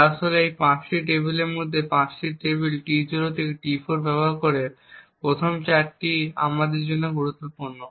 তা আসলে এই 5টি টেবিলের মধ্যে 5টি টেবিল T0 থেকে T4 ব্যবহার করে 1ম 4টি আমাদের জন্য গুরুত্বপূর্ণ